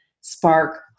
spark